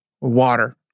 water